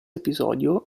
episodio